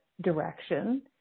direction